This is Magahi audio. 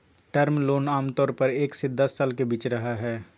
टर्म लोन आमतौर पर एक से दस साल के बीच रहय हइ